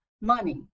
money